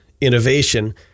innovation